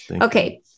Okay